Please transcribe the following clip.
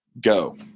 Go